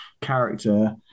character